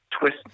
twist